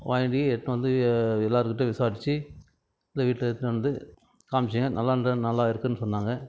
வாங்கி எடுத்துன்னு வந்து எல்லாருக்கிட்டேயும் விசாரித்து எங்கள் வீட்டில் எடுத்துன்னு வந்து காண்மிச்சேன் நல்லா இருந்தது நல்லா இருக்குதுனு சொன்னாங்க